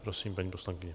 Prosím, paní poslankyně.